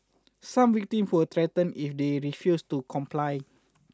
some victim were threatened if they refused to comply